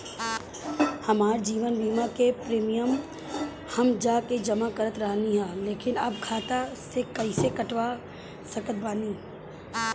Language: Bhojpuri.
हमार जीवन बीमा के प्रीमीयम हम जा के जमा करत रहनी ह लेकिन अब खाता से कइसे कटवा सकत बानी?